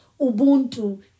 Ubuntu